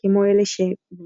כמו אלה שבמרז